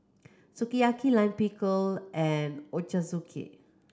Sukiyaki Lime Pickle and Ochazuke